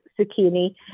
zucchini